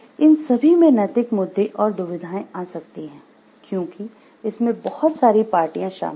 इन सभी में नैतिक मुद्दे और दुविधाएं आ सकती हैं क्योंकि इसमें बहुत सारी पार्टियाँ शामिल है